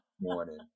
morning